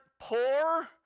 poor